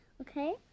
okay